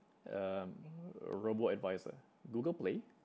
um robo-advisor Google Play